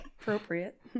Appropriate